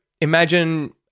imagine